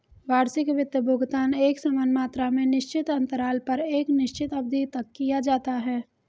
वार्षिक वित्त भुगतान एकसमान मात्रा में निश्चित अन्तराल पर एक निश्चित अवधि तक किया जाता है